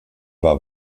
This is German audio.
war